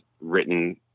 written